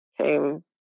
came